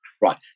Right